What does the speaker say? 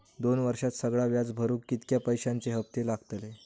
दोन वर्षात सगळा व्याज भरुक कितक्या पैश्यांचे हप्ते लागतले?